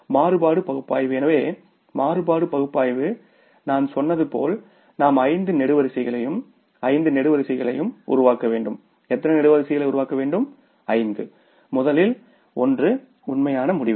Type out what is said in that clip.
மாறுபாடு பகுப்பாய்வு எனவே மாறுபாடு பகுப்பாய்வு நான் சொன்னது போல் நாம் ஐந்து நெடுவரிசைகளையும் ஐந்து நெடுவரிசைகளையும் உருவாக்க வேண்டும் எத்தனை நெடுவரிசைகளை உருவாக்க வேண்டும் ஐந்து முதலில் ஒன்று உண்மையான முடிவுகள்